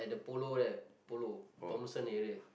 the polo there polo Thomson area